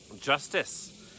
Justice